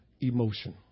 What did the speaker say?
emotion